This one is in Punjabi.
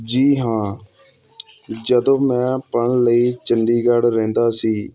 ਜੀ ਹਾਂ ਜਦੋਂ ਮੈਂ ਪੜ੍ਹਨ ਲਈ ਚੰਡੀਗੜ੍ਹ ਰਹਿੰਦਾ ਸੀ